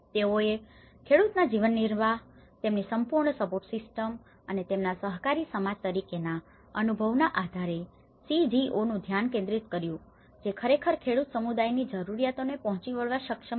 તેઓએ ખેડૂતના જીવનનિર્વાહ તેમની સંપૂર્ણ સપોર્ટ સિસ્ટમ્સ અને તેમના સહકારી સમાજ તરીકેના અનુભવના આધારે CGOનું ધ્યાન કેન્દ્રિત કર્યું જે ખરેખર ખેડૂત સમુદાયોની જરૂરિયાતોને પહોંચી વળવા માટે સક્ષમ છે